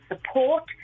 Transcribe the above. support